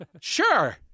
Sure